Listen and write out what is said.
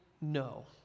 no